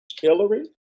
Hillary